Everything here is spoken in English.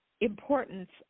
importance